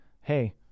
hey